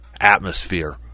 atmosphere